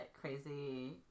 crazy